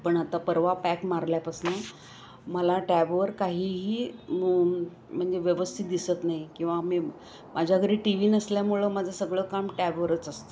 पण आता परवा पॅक मारल्यापासनं मला टॅबवर काहीही म्हणजे व्यवस्थित दिसत नाही किंवा मी माझ्या घरी टी वी नसल्यामुळं माझं सगळं काम टॅबवरच असतं